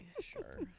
sure